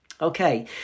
Okay